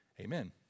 Amen